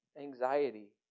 anxiety